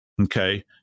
Okay